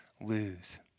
lose